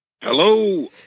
Hello